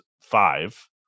five